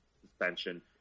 suspension